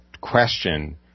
question